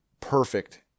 perfect